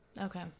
okay